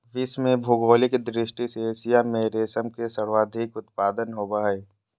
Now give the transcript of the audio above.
विश्व में भौगोलिक दृष्टि से एशिया में रेशम के सर्वाधिक उत्पादन होबय हइ